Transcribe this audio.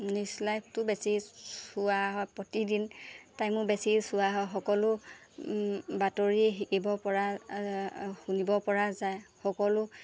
news লাইভটো বেছি চোৱা হয় প্ৰতিদিন টাইমো বেছি চোৱা হয় সকলো বাতৰি শিকিবপৰা শুনিবপৰা যায় সকলো